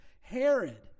Herod